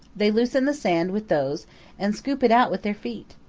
they loosen the sand with those and scoop it out with their feet.